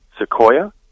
Sequoia